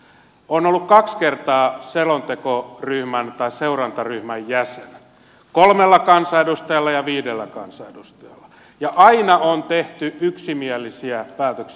olen ollut kaksi kertaa seurantaryhmän jäsen kolmella kansanedustajalla ja viidellä kansanedustajalla ja aina on tehty yksimielisiä päätöksiä